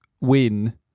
win